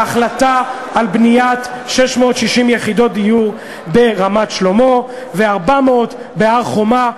להחלטה על בניית 660 יחידות דיור ברמת-שלמה ו-400 בהר-חומה.